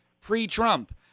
pre-Trump